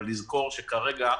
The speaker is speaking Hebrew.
אבל צריך לזכור שכרגע,